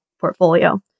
portfolio